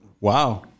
Wow